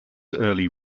early